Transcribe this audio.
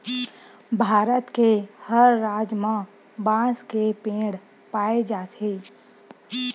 भारत के हर राज म बांस के पेड़ पाए जाथे